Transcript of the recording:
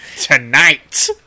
Tonight